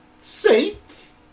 Safe